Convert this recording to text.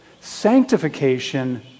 Sanctification